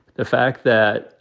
the fact that,